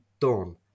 Dawn